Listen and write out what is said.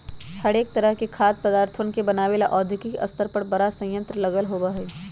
हरेक तरह के खाद्य पदार्थवन के बनाबे ला औद्योगिक स्तर पर बड़ा संयंत्र लगल होबा हई